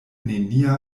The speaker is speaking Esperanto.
nenia